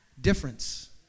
Difference